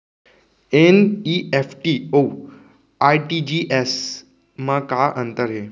NEFT अऊ RTGS मा का अंतर हे?